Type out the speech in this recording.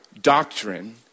doctrine